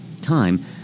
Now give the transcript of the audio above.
time